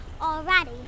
already